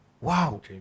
wow